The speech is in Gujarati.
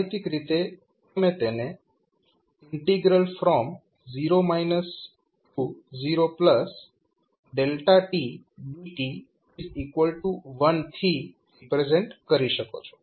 ગાણિતિક રીતે તમે તેને 0 0 dt 1 થી રિપ્રેઝેન્ટ કરી શકો છો